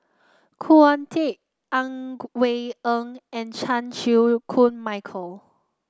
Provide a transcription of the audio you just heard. Khoo Oon Teik Ang Wei Neng and Chan Chew Koon Michael